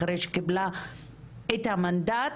אחרי שקיבלה את המנדט,